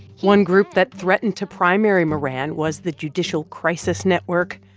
one group that threatened to primary moran was the judicial crisis network,